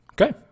Okay